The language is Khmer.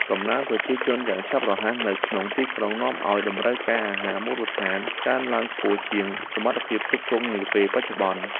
កំណើនប្រជាជនយ៉ាងឆាប់រហ័សនៅក្នុងទីក្រុងនាំឱ្យតម្រូវការអាហារមូលដ្ឋានកើនឡើងខ្ពស់ជាងសមត្ថភាពផ្គត់ផ្គង់នាពេលបច្ចុប្បន្ន។